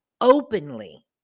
openly